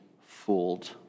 fooled